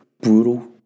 brutal